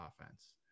offense